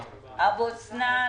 אבו-סנאן,